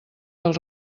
del